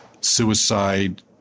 suicide